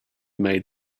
made